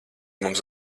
mums